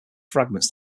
fragments